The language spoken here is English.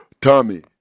Tommy